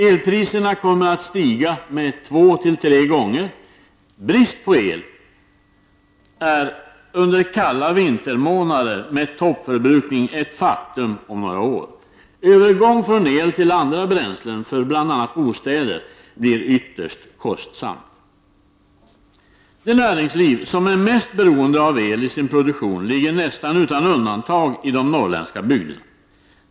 Elpriserna kommer att stiga kanske tre gånger. Brist på el är under kalla vintermånader och med toppförbrukning ett faktum om några år. Övergång från el till andra bränslen för bl.a. bostäder blir ytterst kostsam. Det näringsliv som är mest beroende av el i sin produktion ligger nästan utan undantag i de norrländska bygderna.